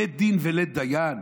לית דין ולית דיין?